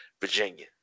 Virginia